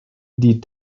die